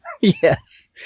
Yes